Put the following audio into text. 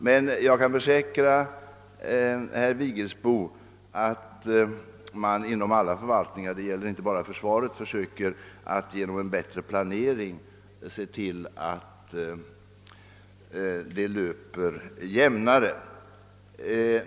Men jag kan försäkra herr Vigelsbo att man inte bara inom försvaret utan även inom alla andra förvaltningar försöker att åstadkomma en bättre planering och därmed få verksamheten att löpa jämnare.